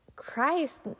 Christ